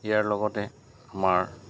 ইয়াৰ লগতে আমাৰ